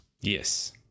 Yes